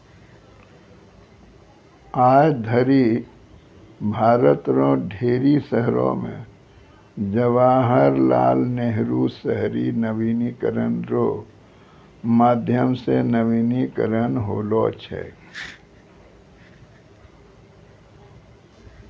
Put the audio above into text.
आय धरि भारत रो ढेरी शहरो मे जवाहर लाल नेहरू शहरी नवीनीकरण रो माध्यम से नवीनीकरण होलौ छै